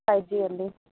five ಜಿಯಲ್ಲಿ